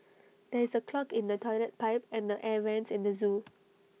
there is A clog in the Toilet Pipe and the air Vents in the Zoo